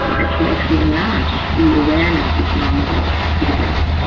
that should actually enlarge the awareness to sounds or to the breath.